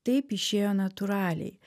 taip išėjo natūraliai